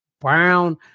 Brown